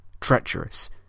Treacherous